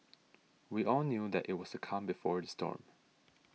we all knew that it was a calm before the storm